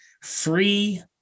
free